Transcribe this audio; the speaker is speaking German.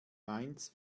mainz